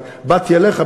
אני באתי אליך,